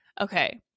Okay